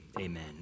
Amen